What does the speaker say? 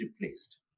replaced